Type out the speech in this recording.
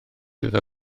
iddo